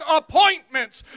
appointments